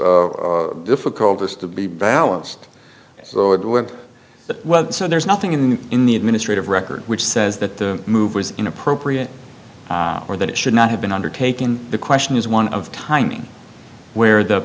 issues difficult has to be balanced so it went well so there's nothing in the in the administrative record which says that the move was inappropriate or that it should not have been undertaken the question is one of tiny where the